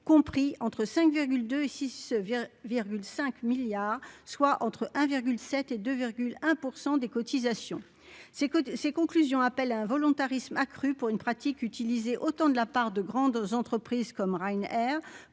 compris entre 5 2 et 6 5 milliards, soit entre 1 7 et de un pour 100 des cotisations, c'est que ces conclusions appellent un volontarisme accru pour une pratique utilisée autant de la part de grandes aux entreprises comme Ryanair